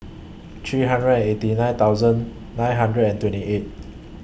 three hundred and eighty nine thousand nine hundred and twenty eight